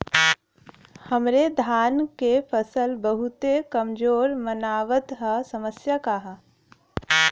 हमरे धान क फसल बहुत कमजोर मनावत ह समस्या का ह?